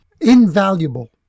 invaluable